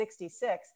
66